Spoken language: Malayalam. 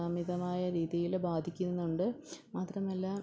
അമിതമായ രീതിയിൽ ബാധിക്കുന്നുണ്ട് മാത്രമല്ല